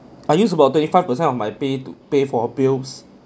I use about twenty five percent of my pay to pay for bills